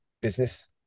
business